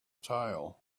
tail